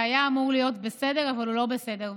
שהיה אמור להיות בסדר אבל הוא לא בסדר,